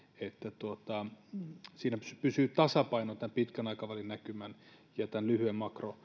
että siinä pysyy pysyy tasapaino pitkän aikavälin näkymän ja lyhyen